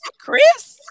Chris